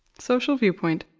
social viewpoint,